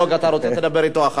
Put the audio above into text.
אתה רוצה, תדבר אתו אחר כך.